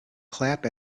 clap